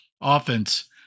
offense